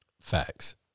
Facts